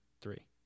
three